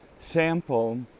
sample